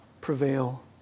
prevail